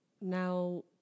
Now